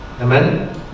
Amen